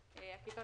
הקודמת.